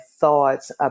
thoughts